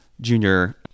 junior